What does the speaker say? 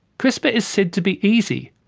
crispr is said to be easy.